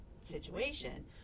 situation